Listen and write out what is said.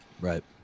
Right